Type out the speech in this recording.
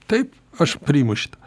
taip aš priimu šitą